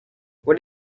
what